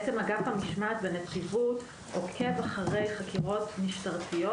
אגף המשמעת בנציבות בעצם עוקב אחרי חקירות משטרתיות